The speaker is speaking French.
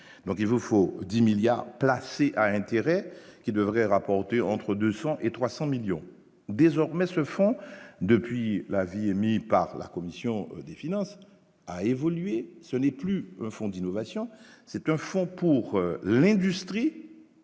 donc il vous faut 10 milliards placés à intérêt qui devrait rapporter entre 200 et 300 millions désormais se font depuis l'avis émis par la commission des finances a évolué, ce n'est plus fonds d'innovation, c'est un fonds pour l'industrie.